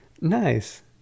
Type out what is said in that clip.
nice